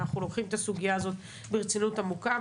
אנחנו לוקחים את הסוגיה הזאת ברצינות עמוקה.